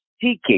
seeking